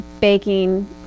baking